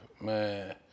Man